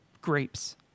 grapes